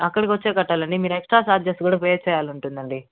అక్కడికి వచ్చే కట్టాలండి మీరు ఎక్స్ట్రా ఛార్జెస్ కూడా పే చేయాలి ఉంటుందండి